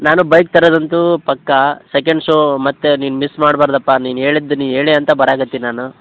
ನಾನು ಬೈಕ್ ತರದು ಅಂತು ಪಕ್ಕ ಸೆಕೆಂಡ್ ಶೋ ಮತ್ತೆ ನೀನು ಮಿಸ್ ಮಾಡಬಾರ್ದಪ್ಪ ನೀನು ಹೇಳಿದ್ ನೀ ಹೇಳೆ ಅಂತ ಬರಾಕತ್ತಿನಿ ನಾನು